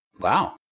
Wow